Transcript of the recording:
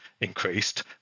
increased